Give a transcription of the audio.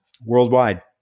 worldwide